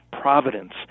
providence